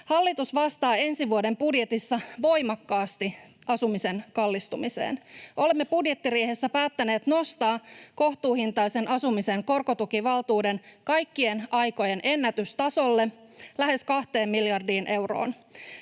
Hallitus vastaa ensi vuoden budjetissa voimakkaasti asumisen kallistumiseen. Olemme budjettiriihessä päättäneet nostaa kohtuuhintaisen asumisen korkotukivaltuuden kaikkien aikojen ennätystasolle, lähes 2 miljardiin euroon.